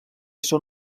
són